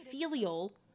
filial